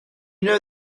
know